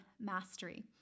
mastery